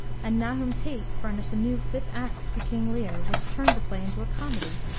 and nahum tate furnished a new fifth act to king lear, which turned the play into a comedy!